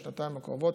בשנתיים הקרובות,